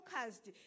focused